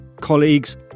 colleagues